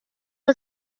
are